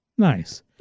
Nice